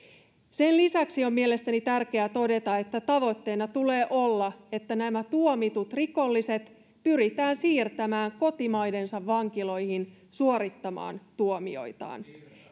sen lisäksi on mielestäni tärkeää todeta että tavoitteena tulee olla että nämä tuomitut rikolliset pyritään siirtämään kotimaidensa vankiloihin suorittamaan tuomioitaan